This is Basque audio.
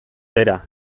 bera